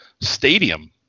stadium